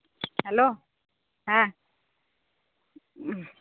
hello হ্যাঁ